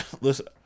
Listen